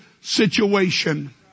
situation